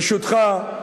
ברשותך,